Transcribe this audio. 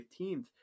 15th